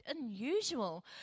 unusual